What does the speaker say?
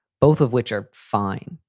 both of which are fine.